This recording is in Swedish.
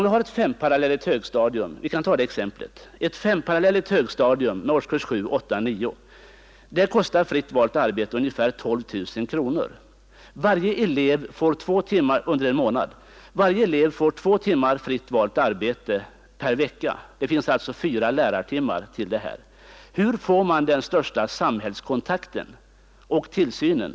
I ett femparallelligt högstadium — jag tar det exemplet — med årskurserna 7, 8 och 9 kostar fritt valt arbete ungefär 12 000 kronor under en månad. Varje elev får två timmar fritt valt arbete per vecka. Det finns alltså fyra lärartimmar till det här. Hur får man den största samhällskontakten och tillsynen?